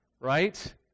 right